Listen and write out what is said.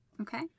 okay